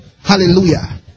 hallelujah